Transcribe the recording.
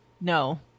No